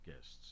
guests